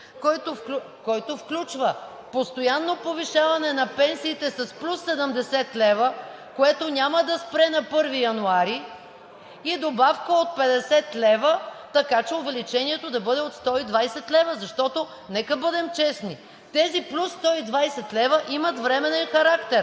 който включва: постоянно повишаване на пенсиите с плюс 70 лв., което няма да спре на 1 януари, и добавка от 50 лв., така че увеличението да бъде от 120 лв. Защото, нека да бъдем честни, тези плюс 120 лв. имат временен характер.